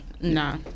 Nah